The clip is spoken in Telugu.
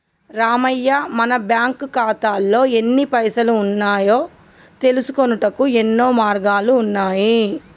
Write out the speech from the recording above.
రామయ్య మన బ్యాంకు ఖాతాల్లో ఎన్ని పైసలు ఉన్నాయో తెలుసుకొనుటకు యెన్నో మార్గాలు ఉన్నాయి